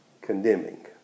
condemning